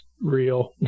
real